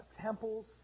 temples